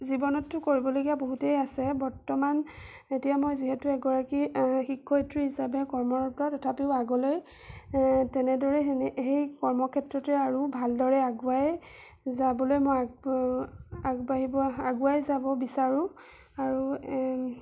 জীৱনততো কৰিবলগীয়া বহুতেই আছে বৰ্তমান এতিয়া মই যিহেতু এগৰাকী শিক্ষয়িত্ৰী হিচাপে কৰ্মৰত তথাপিও আগলৈ তেনেদৰেই সেই কৰ্মক্ষেত্ৰতে আৰু ভালদৰে আগুৱাই যাবলৈ মই আগবাঢ়িব আগুৱাই যাব বিচাৰোঁ আৰু